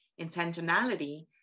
intentionality